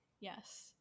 yes